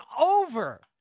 over